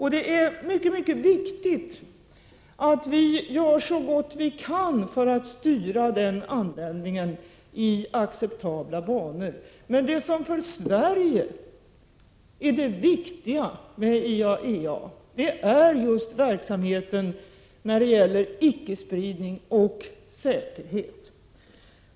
Det är mycket viktigt att vi gör så gott vi kan för att styra in denna användning i acceptabla banor, men det för Sverige viktiga med IAEA är verksamheten för icke-spridning och säkerhet.